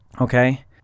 okay